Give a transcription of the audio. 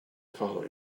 follow